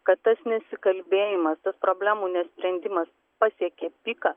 kad tas nesikalbėjimas tas problemų nesprendimas pasiekė piką